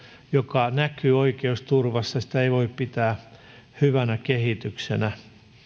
joka näkyy oikeusturvassa ei voi pitää hyvänä kehityksenä